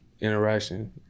interaction